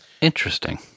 Interesting